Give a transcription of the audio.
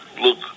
look